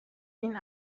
این